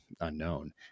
unknown